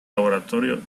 laboratorio